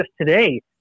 today